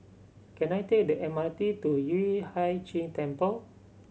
can I take the M R T to Yueh Hai Ching Temple